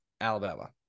Alabama